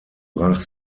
brach